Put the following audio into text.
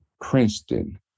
Princeton